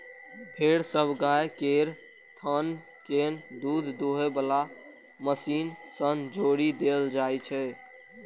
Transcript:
फेर सब गाय केर थन कें दूध दुहै बला मशीन सं जोड़ि देल जाइ छै